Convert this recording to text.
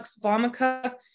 Vomica